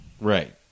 Right